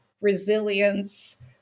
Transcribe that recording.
resilience